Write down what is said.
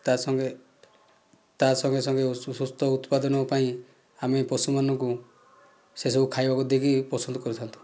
ତା ସଙ୍ଗେ ତା ସଙ୍ଗେ ସଙ୍ଗେ ସୁସ୍ୱାସ୍ଥ୍ୟ ଉତ୍ପାଦନ ପାଇଁ ଆମେ ପଶୁମାନଙ୍କୁ ସେ ସବୁ ଖାଇବାକୁ ଦେଇକି ପସନ୍ଦ କରିଥାନ୍ତି